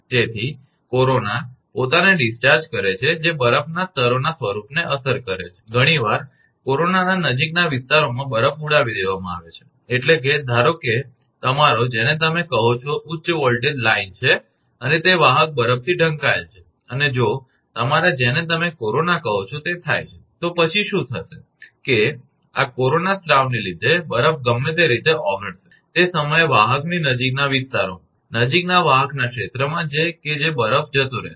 તેથી કોરોના પોતાને ડિસ્ચાર્જ કરે છે જે બરફના સ્તરોના સ્વરૂપને અસર કરે છે ઘણીવાર કોરોનાના નજીકના વિસ્તારોમાં બરફ ઉડાવી દેવામાં આવે છે એટલે કે ધારો કે તમારો જેને તમે કહો છો તે ઉચ્ચ વોલ્ટેજ લાઇન છે અને તે વાહક બરફથી ઢંકાયેલ છે અને જો તમારા જેને તમે કોરોના કહો છે તે થાય છે તો પછી શું થશે કે આ કોરોના સ્રાવને લીધે બરફ ગમે તે રીતે ઓગળશે તે જ સમયે વાહકની નજીકના વિસ્તારોમાં નજીકના વાહક્ના ક્ષેત્રમાં કે બરફ જતો રેહશે